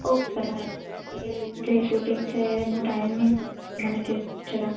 okay જહી shooting છે એનું ટાઈમિંગ મને કહેશો જરા